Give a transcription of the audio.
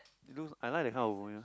it looks I like that kind of movies